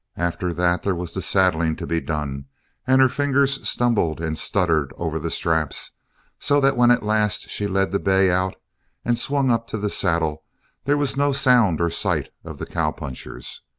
after that, there was the saddling to be done and her fingers stumbled and stuttered over the straps so that when at last she led the bay out and swung up to the saddle there was no sound or sight of the cowpunchers.